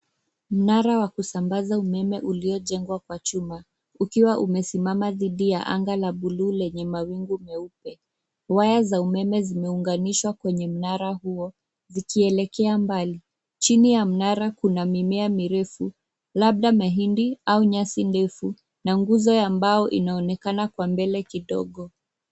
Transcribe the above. Mnara wa kusambaza umeme uliojengwa kwa chuma ukiwa umesimama dhidi ya anga la buluu lenye mawingu meupe. Waya za umeme zimeunganishwa kwenye mnara huo zikielekea mbali. Chini ya mnara kuna mimea mirefu, labda mahindi au nyasi ndefu na nguzo ya mbao inaonekana kwa mbele kidogo.